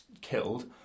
killed